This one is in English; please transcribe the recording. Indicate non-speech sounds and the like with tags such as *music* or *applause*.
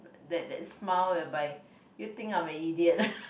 that that smile whereby you think I'm a idiot *laughs*